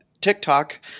TikTok